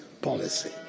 policy